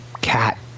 cat